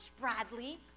Bradley